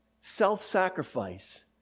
Self-sacrifice